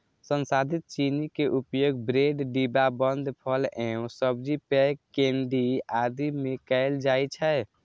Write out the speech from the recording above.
संसाधित चीनी के उपयोग ब्रेड, डिब्बाबंद फल एवं सब्जी, पेय, केंडी आदि मे कैल जाइ छै